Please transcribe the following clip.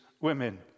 women